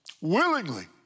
willingly